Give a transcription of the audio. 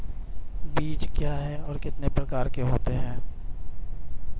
बीज क्या है और कितने प्रकार के होते हैं?